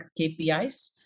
KPIs